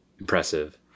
Impressive